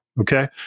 Okay